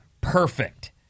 perfect